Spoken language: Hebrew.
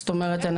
זאת אומרת,